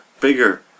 bigger